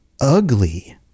ugly